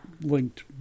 Linked